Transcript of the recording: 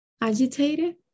agitated